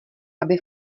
aby